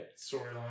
storyline